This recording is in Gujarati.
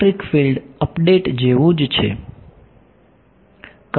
તે ઇલેક્ટ્રિક ફિલ્ડ અપડેટ જેવું જ છે